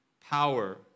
power